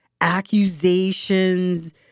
accusations